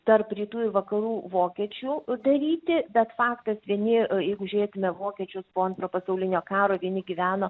tarp rytų ir vakarų vokiečių daryti bet faktas vieni jeigu žiūrėtume vokiečius po antro pasaulinio karo vieni gyveno